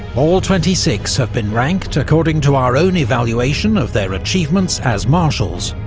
all twenty six have been ranked according to our own evaluation of their achievements as marshals,